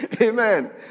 Amen